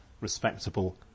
respectable